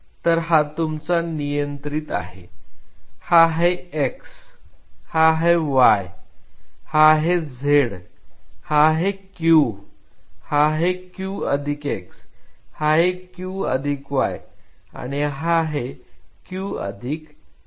तर हा तुमचा नियंत्रित आहे हा आहे x हा आहे y हा आहे z हा आहे Q हा आहे Q अधिक x हा आहे Q अधिक y आणि हा आहे Q अधिक z